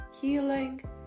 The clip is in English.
healing